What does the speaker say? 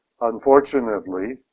Unfortunately